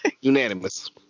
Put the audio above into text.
Unanimous